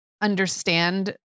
understand